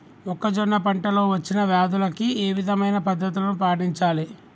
మొక్కజొన్న పంట లో వచ్చిన వ్యాధులకి ఏ విధమైన పద్ధతులు పాటించాలి?